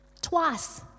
Twice